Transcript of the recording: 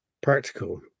practical